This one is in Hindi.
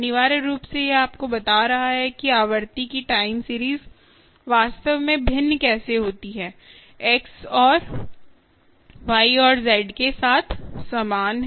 अनिवार्य रूप से यह आपको बता रहा है कि आवृत्ति की टाइम सीरीज वास्तव में भिन्न कैसे होती हैं एक्स और वाई और जेड के साथ समान हैं